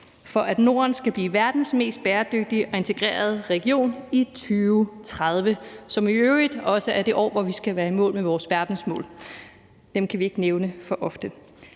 for, at Norden skal blive verdens mest bæredygtige og integrerede region i 2030, som i øvrigt også er det år, hvor vi skal være i mål med vores verdensmål; dem kan vi ikke nævne for ofte.